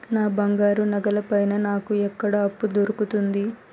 నా బంగారు నగల పైన నాకు ఎక్కడ అప్పు దొరుకుతుంది